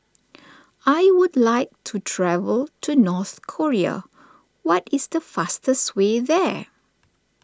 I would like to travel to North Korea what is the fastest way there